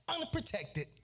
unprotected